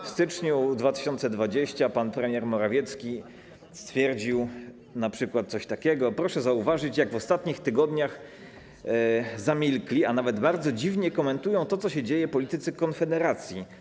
W styczniu 2020 r. pan premier Morawiecki stwierdził np. coś takiego: proszę zauważyć, jak w ostatnich tygodniach zamilkli, a nawet bardzo dziwnie komentują to, co się dzieje, politycy Konfederacji.